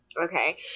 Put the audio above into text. Okay